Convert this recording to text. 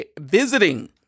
visiting